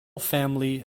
family